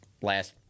last